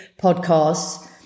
podcasts